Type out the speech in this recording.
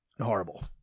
horrible